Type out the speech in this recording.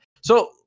so-